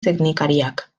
teknikariak